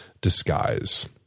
disguise